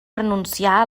renunciar